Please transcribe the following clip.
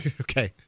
Okay